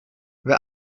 wer